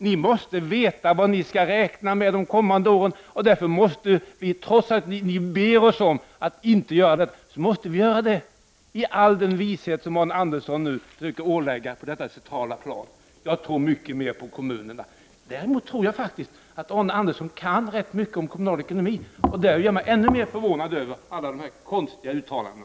Ni måste veta vad ni skall räkna med under de kommande åren, och därför måste vi, trots att ni ber om att vi inte skall göra det, fastställa avräkningsskatten. Det görs i all den vishet som Arne Andersson försöker ådagalägga på detta centrala plan. Jag tror mycket mer på kommunerna. Däremot tror jag faktiskt att Arne Andersson kan rätt mycket om kommunal ekonomi. Det gör mig ännu mer förvånad över alla dessa konstiga uttalanden.